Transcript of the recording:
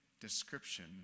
description